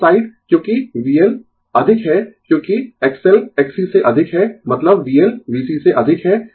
यह साइड क्योंकि VL अधिक है क्योंकि XL Xc से अधिक है मतलब VL VC से अधिक है